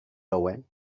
owen